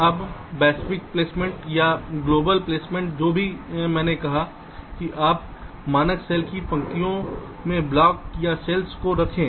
अब वैश्विक प्लेसमेंट जो भी मैंने कहा है कि आप मानक सेल की पंक्तियों में ब्लॉकों या सेल्स को रखें